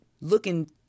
looking